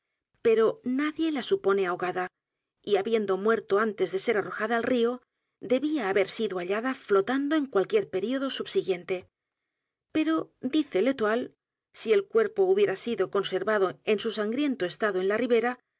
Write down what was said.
o nadie la supone a h o g a d a y habiendo muerto antes de ser arrojada al río debía h a b e r sido hallada flotando en cualquier período subsiguiente p e r o dice l'etoile si el cuerpo hubiera sido conservado en su sangriento estado en la ribera